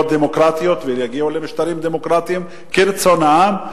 דמוקרטיות ויגיעו למשטרים דמוקרטיים כרצון העם.